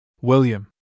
William